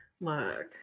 look